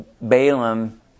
Balaam